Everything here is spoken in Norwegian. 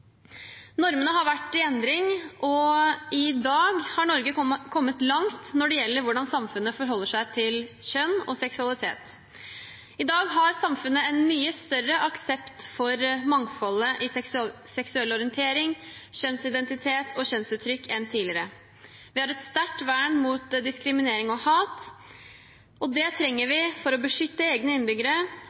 Normene har vært i endring, og i dag har Norge kommet langt når det gjelder hvordan samfunnet forholder seg til kjønn og seksualitet. I dag har samfunnet en mye større aksept for mangfoldet i seksuell orientering, kjønnsidentitet og kjønnsuttrykk enn tidligere. Vi har et sterkt vern mot diskriminering og hat, og det trenger vi for å beskytte egne innbyggere